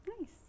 nice